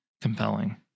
compelling